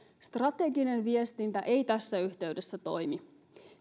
strateginen viestintä ei tässä yhteydessä toimi